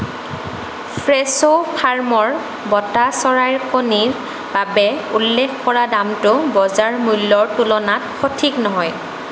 ফ্ৰেছো ফাৰ্মৰ বতা চৰাইৰ কণীৰ বাবে উল্লেখ কৰা দামটো বজাৰ মূল্যৰ তুলনাত সঠিক নহয়